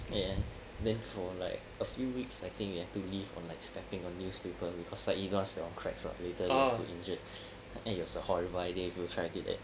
then then for like a few weeks I think we have to live on like stepping on newspapers because like glass there are cracks [what] then later you get injured I think it's a horrible idea if you try to do that